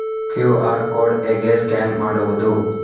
QR code ಹೇಗೆ scan ಮಾಡುವುದು?